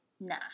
nah